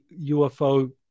UFO